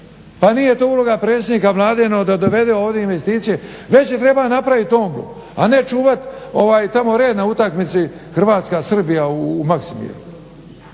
Pa nije to uloga predsjednika Vlade da dovede ovdje investicije, već je trebao napraviti Omblu a ne čuvati tamo red na utakmici Hrvatska-Srbija u Maksimiru.